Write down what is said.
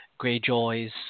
Greyjoys